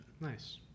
Nice